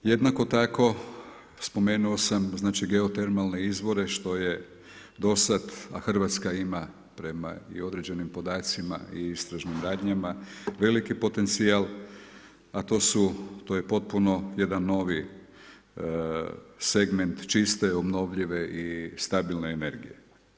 Jednako tako spomenuo sam znači geotermalne izvore što je do sada a Hrvatska ima prema i određenim podacima i istražnim radnjama veliki potencijal, a to je potpuno jedan novi segment čiste, obnovljive i stabilne energije.